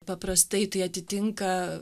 paprastai tai atitinka